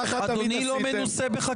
אדוני לא מנוסה בחקיקה.